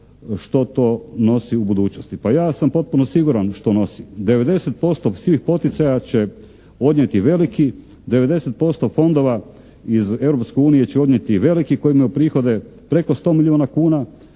što to nosi u budućnosti. Pa ja sam potpuno siguran što nosi. 90% svih poticaja će odnijeti veliki, 90% fondova iz Europske unije će odnijeti veliki koji imaju prihode preko 100 milijuna kuna,